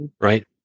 right